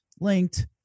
linked